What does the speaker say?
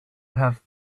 have